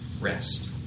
rest